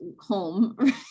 home